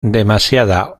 demasiada